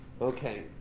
Okay